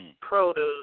produce